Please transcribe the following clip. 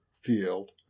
field